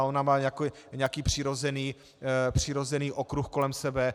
Ona má nějaký přirozený okruh kolem sebe.